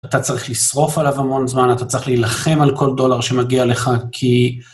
אתה צריך לשרוף עליו המון זמן, אתה צריך להילחם על כל דולר שמגיע לך כי...